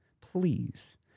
please